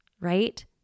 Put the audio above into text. right